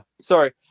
Sorry